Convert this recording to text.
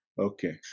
Okay